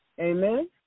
Amen